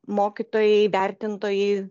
mokytojai vertintojai